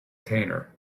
container